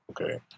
okay